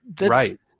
right